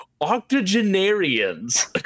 octogenarians